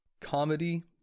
comedy